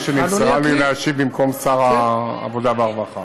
שנמסרה לי כדי להשיב במקום שר העבודה והרווחה.